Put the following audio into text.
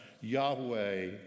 Yahweh